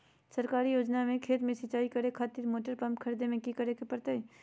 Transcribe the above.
सरकारी योजना से खेत में सिंचाई करे खातिर मोटर पंप खरीदे में की करे परतय?